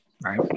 right